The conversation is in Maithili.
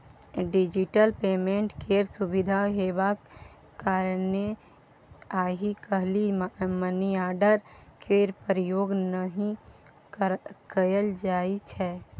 डिजिटल पेमेन्ट केर सुविधा हेबाक कारणेँ आइ काल्हि मनीआर्डर केर प्रयोग नहि कयल जाइ छै